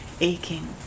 aching